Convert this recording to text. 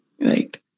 Right